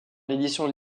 édition